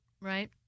right